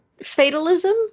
fatalism